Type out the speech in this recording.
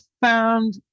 found